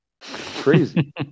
Crazy